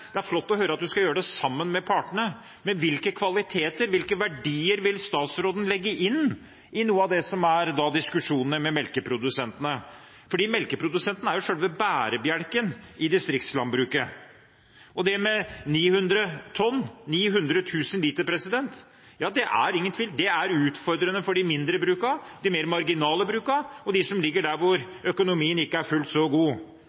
Det er flott å høre at hun skal gjøre det sammen med partene, men hvilke kvaliteter og verdier vil statsråden legge inn i diskusjonene med melkeprodusentene? Melkeprodusentene er jo selve bærebjelken i distriktslandbruket. 900 tonn – 900 000 liter – det er ingen tvil om at det er utfordrende for de mindre brukene, de mer marginale brukene og de som ligger der hvor økonomien ikke er fullt så god.